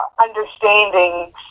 understanding